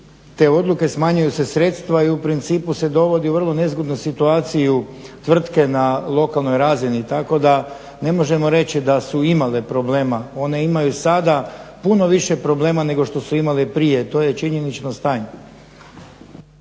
te odluke smanjuju se sredstva i u principu se dovodi u vrlo nezgodnu situaciju tvrtke na lokalnoj razini. Tako da ne možemo reći da su imale problema. One imaju sada puno više problema nego što su imale prije to je činjenično stanje.